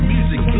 Music